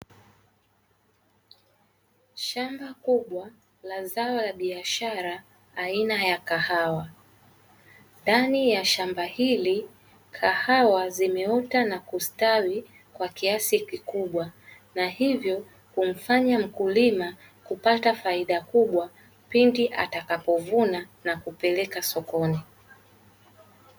Shamba kubwa la zao la biashara aina ya kahawa, ndani ya shamba hili kahawa zimeota na kustawi kwa kiasi kikubwa na hivyo kumfanya mkulima kupata faida kubwa, pindi atakapovuna na kupeleka sokoni.